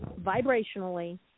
vibrationally